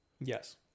Yes